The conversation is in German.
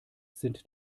sind